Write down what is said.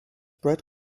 bread